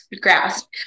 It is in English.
grasp